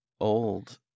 old